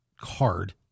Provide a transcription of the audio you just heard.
card